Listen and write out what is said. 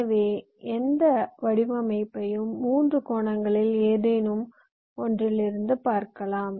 எனவே எந்த வடிவமைப்பையும் 3 கோணங்களில் ஏதேனும் ஒன்றிலிருந்து பார்க்கலாம்